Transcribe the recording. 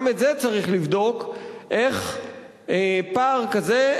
גם את זה צריך לבדוק, איך יש פער כזה?